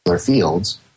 fields